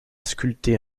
sculpté